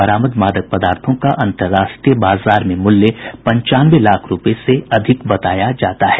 बरामद मादक पदार्थों का अंतर्राष्ट्रीय बाजार में मूल्य पंचानवे लाख रूपये से अधिक बताया जाता है